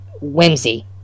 whimsy